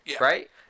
right